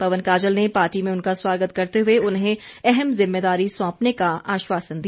पवन काजल ने पार्टी में उनका स्वागत करते हुए उन्हें अहम जिम्मेदारी सौंपने का आश्वासन दिया